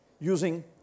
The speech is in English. using